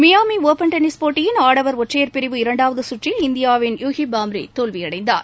Miami open tennis போட்டியின் ஆடவர் ஒற்றையர் பிரிவு இரண்டாவது சுற்றில் இந்தியாவின் யூகி பாம்ரி தோல்வியடைந்தார்